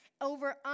over